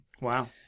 Wow